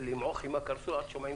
למעוך עם הקרסול עד ששומעים